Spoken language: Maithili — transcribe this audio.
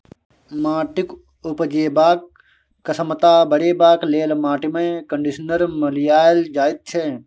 माटिक उपजेबाक क्षमता बढ़ेबाक लेल माटिमे कंडीशनर मिलाएल जाइत छै